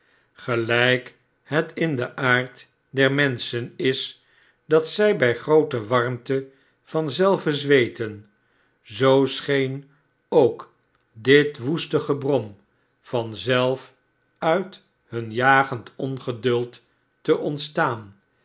gelijk het in den aard der menschen is dat zij bij groote karaite van zelven zweeten zoo scheen ook dit woeste gebrom var de morgen van zelf uit hun jagend ongeduld te ontstaan